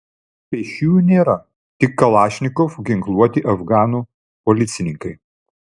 pėsčiųjų nėra tik kalašnikov ginkluoti afganų policininkai